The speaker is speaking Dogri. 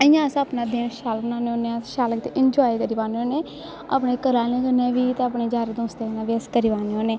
इ'यां अस अपना दिन शैल बनान्ने होन्ने आं शैल करियै इनजाए करी पान्ने होन्ने हा अपने घरै आह्लें कन्नै बी ते अपने यारें दोस्तें कन्नै बी अस करी पान्ने होन्ने